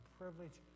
privilege